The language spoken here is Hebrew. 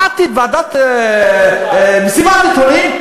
מסיבת עיתונאים.